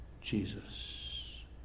Jesus